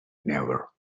never